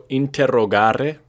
interrogare